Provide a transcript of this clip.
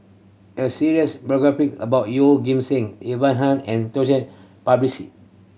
a series biography about Yeoh Ghim Seng Ivan Heng and